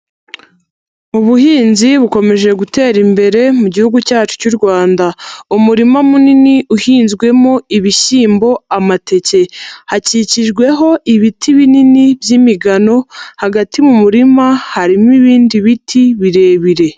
Ubuhinzi bukomeje gutera imbere mu gihugu cyacu cy'u Rwanda. Umurima munini uhinzwemo ibishyimbo, amateke. Hakikijweho ibiti binini by'imigano, hagati mu murima harimo ibindi biti birebire.